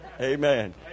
amen